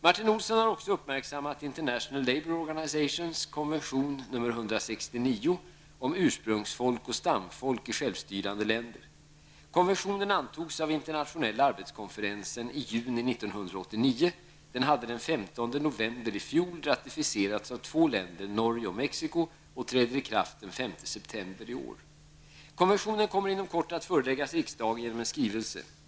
Martin Olsson har också uppmärksammat Konventionen kommer inom kort att föreläggas riksdagen genom en skrivelse.